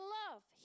love